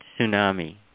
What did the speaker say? tsunami